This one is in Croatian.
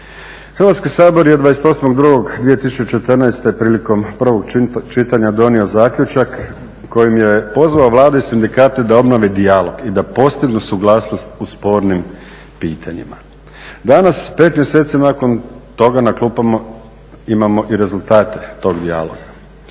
Hrvatski sabor je 28.02.2014. prilikom prvog čitanja donio zaključak kojim je pozvao Vladu i sindikate da obnove dijalog i da postignu suglasnost u spornim pitanjima. Danas, 5 mjeseci nakon toga na klupama imamo i rezultate tog dijaloga.